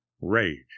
rage